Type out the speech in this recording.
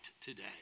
today